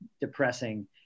depressing